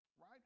right